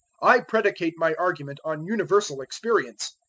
i predicate my argument on universal experience.